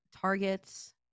targets